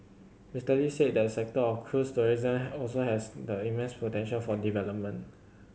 Mister Lee said the sector of cruise tourism also has immense potential for development